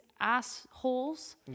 assholes